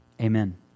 amen